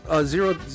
Zero